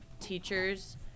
teachers